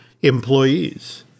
employees